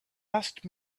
asked